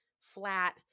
flat